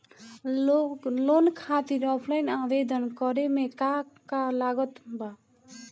Loan खातिर offline आवेदन करे म का का लागत बा?